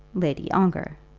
lady ongar.